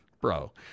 Bro